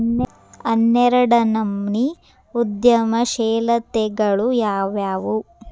ಹನ್ನೆರ್ಡ್ನನಮ್ನಿ ಉದ್ಯಮಶೇಲತೆಗಳು ಯಾವ್ಯಾವು